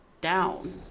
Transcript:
down